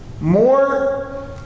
more